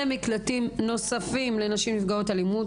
מקלטים נוספים לנשים נפגעות אלימות,